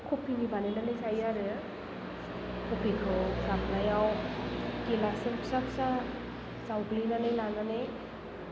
कबिनि बानायनानै जायो आरो कबिखौ गामलायाव गिलासजों फिसा फिसा जावग्लिनानै लानानै